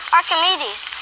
Archimedes